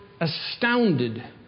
astounded